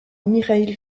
mikhaïl